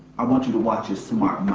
i want you to watch your smart